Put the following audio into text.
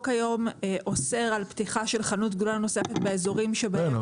היום אוסר על פתיחה של חנות גדולה נוספת באזורים שבהם --- כן,